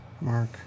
Mark